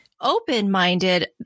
open-minded